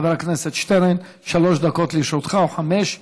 חבר הכנסת שטרן, שלוש דקות לרשותך, או חמש,